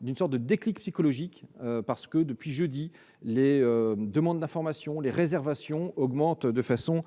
d'une sorte de déclic psychologique : depuis jeudi, les demandes d'information et les réservations augmentent de façon